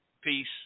Peace